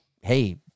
hey